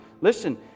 Listen